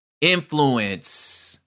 influence